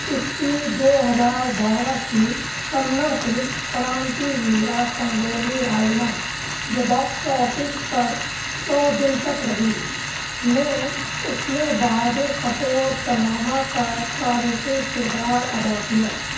اس کی دو ہزار بارہ کی کنڑ فلم کرانتی ویرا سنگولی رائینا جو باکس آفس پر سو دن تک رہی میں اس نے بہادر کٹور چناما کا تاریخی کردار ادا کیا